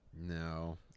no